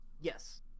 Yes